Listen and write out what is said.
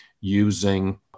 using